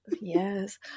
yes